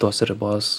tos ribos